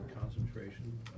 concentration